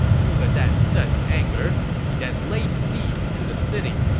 zhuge dan said in anger. he then laid siege to the city.